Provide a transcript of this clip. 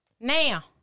Now